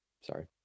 Sorry